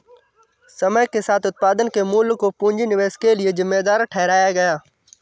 समय के साथ उत्पादन के मूल्य को पूंजी निवेश के लिए जिम्मेदार ठहराया गया